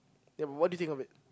then what do you think of it